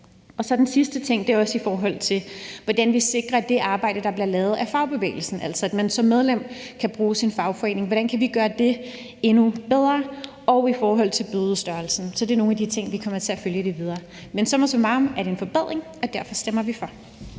andet. Den sidste ting handler om, hvordan vi sikrer, at det arbejde, der bliver lavet af fagbevægelsen, altså at man som medlem kan bruge sin fagforening, kan gøres endnu bedre, og også i forhold til bødestørrelsen. Så det er nogle af de ting, vi kommer til at følge videre. Men summa summarum er det en forbedring, og derfor stemmer vi for.